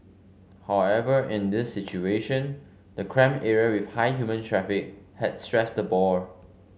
however in this situation the cramped area with high human traffic had stressed the boar